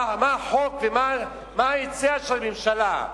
מה החוק ומה ההצעה של הממשלה.